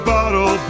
bottle